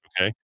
okay